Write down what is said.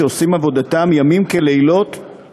שעושים עבודתם לילות כימים,